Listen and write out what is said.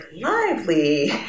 lively